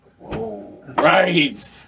right